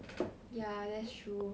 ya that's true